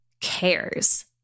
cares